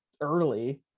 early